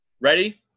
Ready